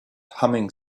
humming